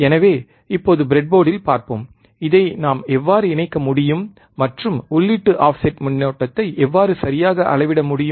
எனவே இப்போது பிரெட்போர்டில் பார்ப்போம் இதை நாம் எவ்வாறு இணைக்க முடியும் மற்றும் உள்ளீட்டு ஆஃப்செட் மின்னோட்டத்தை எவ்வாறு சரியாக அளவிட முடியும்